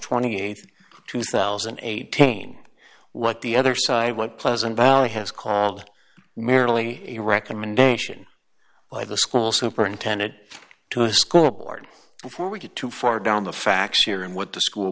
th two thousand and eighteen what the other side what pleasant valley has called merely a recommendation by the school superintendent to a school board before we get too far down the facts here and what the school